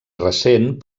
recent